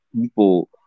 people